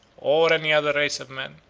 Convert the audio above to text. or any other race of men,